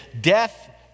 death